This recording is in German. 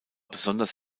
besonders